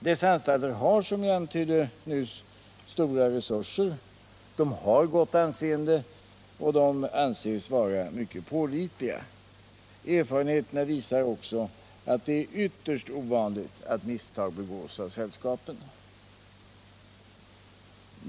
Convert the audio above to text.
Dessa anstalter har, som jag nyss antydde, stora resurser, de har gott anseende och de anses vara mycket pålitliga. Erfarenheterna visar också att det är ytterst ovanligt att misstag begås av sällskapen.